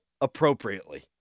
appropriately